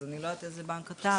אז אני לא יודעת באיזה בנק אתה.